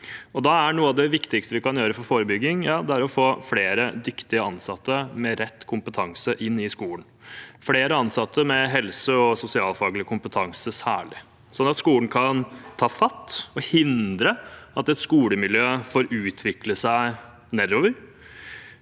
det viktigste vi kan gjøre for forebygging, å få flere dyktige ansatte med rett kompetanse inn i skolen, og særlig flere ansatte med helse- og sosialfaglig kompetanse, sånn at skolen kan ta fatt og hindre at et skolemiljø får utvikle seg nedover,